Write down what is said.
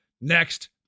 next